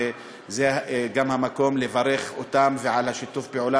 וזה גם המקום לברך אותם ועל שיתוף הפעולה,